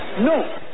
no